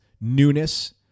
newness